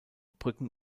brücken